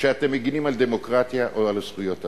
שאתם מגינים על דמוקרטיה או על זכויות אדם.